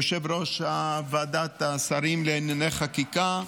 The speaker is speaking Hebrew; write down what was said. יושב-ראש ועדת השרים לענייני חקיקה.